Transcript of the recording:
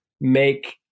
make